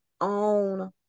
own